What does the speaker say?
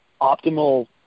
optimal